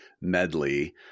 medley